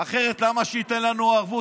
אחרת למה שייתן לנו ערבות,